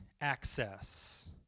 access